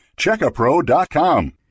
Checkapro.com